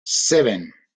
seven